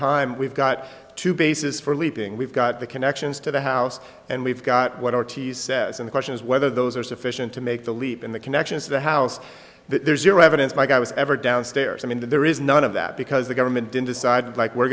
time we've got two bases for leaping we've got the connections to the house and we've got what r t c says on the question is whether those are sufficient to make the leap in the connection to the house there's zero evidence my guy was ever downstairs i mean there is none of that because the government didn't decide like we're